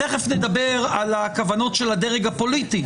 תכף נדבר על הכוונות של הדרג הפוליטי.